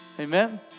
amen